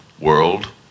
world